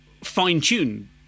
fine-tune